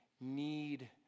need